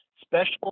Special